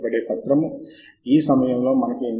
సరే ఇది సారాంశం